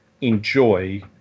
enjoy